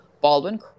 Baldwin